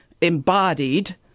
embodied